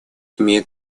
имеет